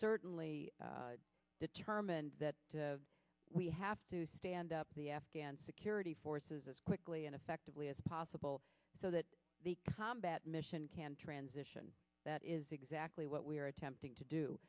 certainly determined that we have to stand up the afghan security forces as quickly and effectively as possible so that the combat mission can transition that is exactly what we are attempting to do